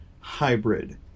hybrid